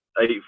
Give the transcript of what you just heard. eight